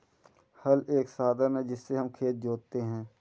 हल एक साधन है जिससे हम खेत जोतते है